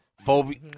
phobia